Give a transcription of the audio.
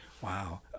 Wow